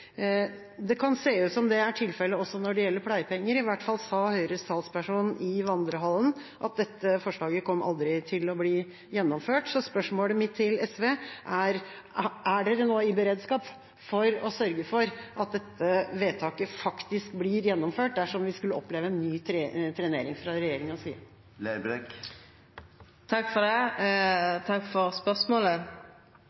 Det kan se ut som om det er tilfelle også når det gjelder pleiepenger. I hvert fall sa Høyres talsperson i vandrehallen at dette forslaget kom aldri til å bli gjennomført. Spørsmålet mitt er: Er SV i beredskap for å sørge for at dette vedtaket faktisk blir gjennomført dersom vi skulle oppleve ny trenering fra regjeringas side? Takk for